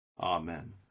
Amen